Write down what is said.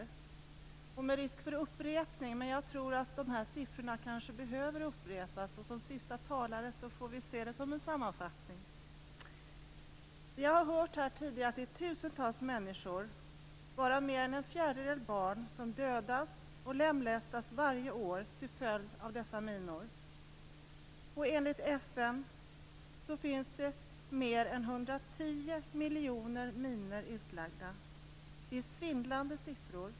Nu finns en risk för upprepning, men jag tror att dessa siffror kanske behöver upprepas. Eftersom jag är sista talare får vi se det som en sammanfattning. Vi har tidigare hört att tusentals människor, varav mer än en fjärdedel barn, dödas och lemlästas varje år till följd av dessa minor. Enligt FN finns mer än 110 miljoner minor utlagda. Det är svindlande siffror.